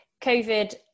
COVID